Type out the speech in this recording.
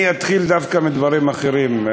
אני אתחיל דווקא מדברים אחרים.